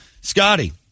Scotty